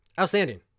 outstanding